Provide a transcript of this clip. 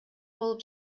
болуп